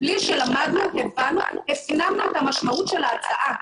בלי שלמדנו, הבנו והפנמנו את המשמעות של ההצעה.